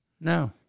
No